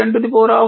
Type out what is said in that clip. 5 10 e 2